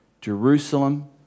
Jerusalem